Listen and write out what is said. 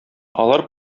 алар